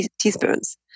teaspoons